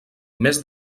més